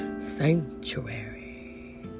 Sanctuary